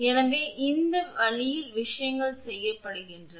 எனவே இந்த வழியில் விஷயங்கள் செய்யப்படுகின்றன